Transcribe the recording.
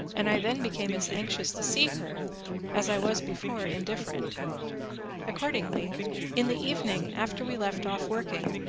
and i then became as anxious to see her as i was before indifferent accordingly in the evening, after we left off working,